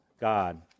God